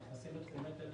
אנחנו נחשפים לתחומי תדר